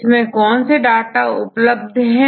इसके कौन से डेटाबेस उपलब्ध हैं